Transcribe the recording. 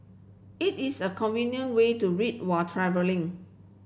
it is a convenient way to read while travelling